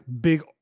big